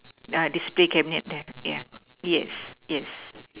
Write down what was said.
ah display cabinet there yeah yes yes